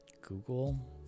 Google